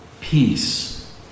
peace